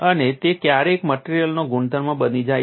અને તે ક્યારે મટેરીઅલનો ગુણધર્મ બની જાય છે